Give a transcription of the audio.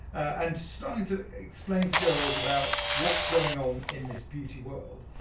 and starting to explain to girls about what's going on in this beauty world.